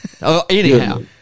Anyhow